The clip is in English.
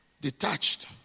detached